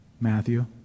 Matthew